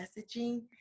messaging